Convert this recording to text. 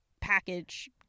package